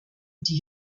die